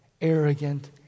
arrogant